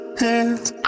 hands